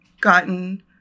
gotten